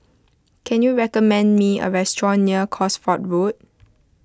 can you recommend me a restaurant near Cosford Road